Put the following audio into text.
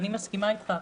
אני מסכימה איתך,